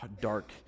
dark